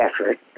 effort